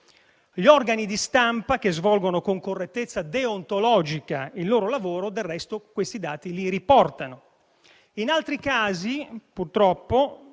Gli organi di stampa che svolgono con correttezza deontologica il loro lavoro del resto questi dati li riportano; in altri casi, purtroppo,